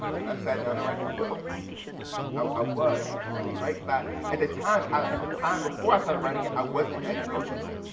when i sat down to write the book i i was, it's funny, right? at the time i at the time before i started writing it i wasn't as emotional.